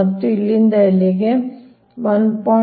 ಮತ್ತು ಇಲ್ಲಿಂದ ಇಲ್ಲಿಗೆ ನೀವು 1